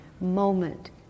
moment